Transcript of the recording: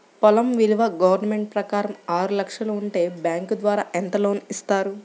పొలం విలువ గవర్నమెంట్ ప్రకారం ఆరు లక్షలు ఉంటే బ్యాంకు ద్వారా ఎంత లోన్ ఇస్తారు?